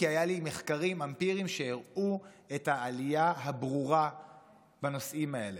כי היו לי מחקרים אמפיריים שהראו את העלייה הברורה בנושאים האלה.